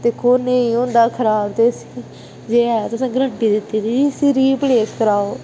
ते ओह् नेई होंदा खराब ते जे एह् ते तुसें ग्रंटी दिती दी ते इसी रिप्लेस करवाओ